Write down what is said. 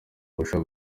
gushaka